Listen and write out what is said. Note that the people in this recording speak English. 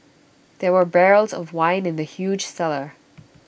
there were barrels of wine in the huge cellar